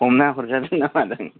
हमनानै हरजादोंना मादों